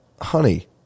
Honey